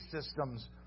systems